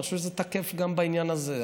אני חושב שזה תקף גם בעניין הזה.